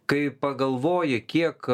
kai pagalvoji kiek